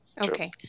Okay